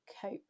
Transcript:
cope